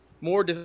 more